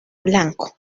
blanco